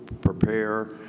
prepare